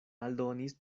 aldonis